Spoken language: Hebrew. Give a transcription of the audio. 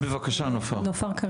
בבקשה, נופר.